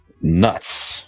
nuts